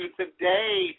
today